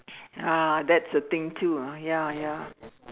ah that's the thing too ah ya ya